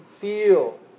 feel